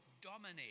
dominate